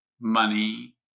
money